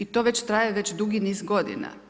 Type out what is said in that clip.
I to već traje već dugi niz godina.